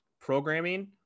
programming